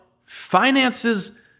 finances